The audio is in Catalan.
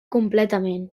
completament